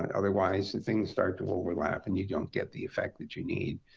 and otherwise, the things start to overlap, and you don't get the effect that you need.